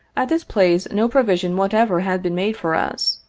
at this place no provision whatever had been made for us.